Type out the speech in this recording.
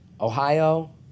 Ohio